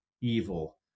evil